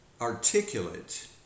articulate